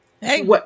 hey